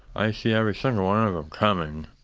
i see every single one of them coming